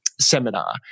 seminar